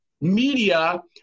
media